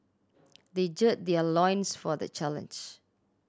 they gird their loins for the challenge